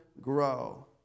grow